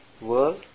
world